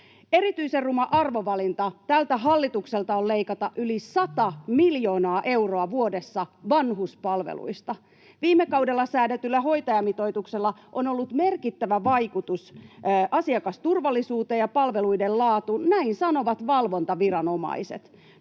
Erityisen ruma arvovalinta tältä hallitukselta on leikata yli sata miljoonaa euroa vuodessa vanhuspalveluista. Viime kaudella säädetyllä hoitajamitoituksella on ollut merkittävä vaikutus asiakasturvallisuuteen ja palveluiden laatuun — näin sanovat valvontaviranomaiset.